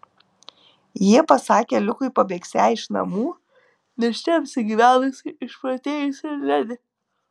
jie pasakė liukui pabėgsią iš namų nes čia apsigyvenusi išprotėjusi ledi